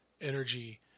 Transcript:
energy